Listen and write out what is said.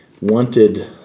wanted